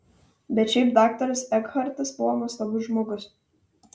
bet šiaip daktaras ekhartas buvo nuostabus žmogus